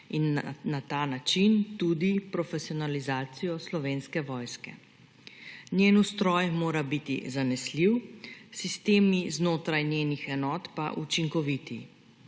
in na ta način tudi profesionalizacijo Slovenske vojske. Njen ustroj mora biti zanesljiv, sistemi znotraj njenih enot pa učinkoviti.